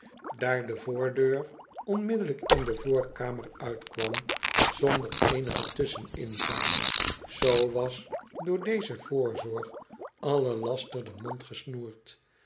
daar de voordeur onmiddellijk in de voorkamer uitkwam zonder eenigen tusscheningang zoo was door deze voorzorg alle laster den mond gesnoerd